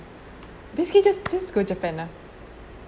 basically just just go japan lah